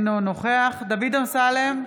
אינו נוכח דוד אמסלם,